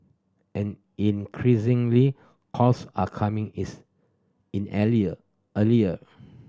and increasingly calls are coming is in earlier